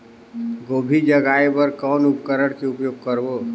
गोभी जगाय बर कौन उपकरण के उपयोग करबो?